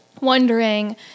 wondering